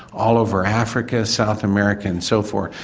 all over africa, south america and so forth.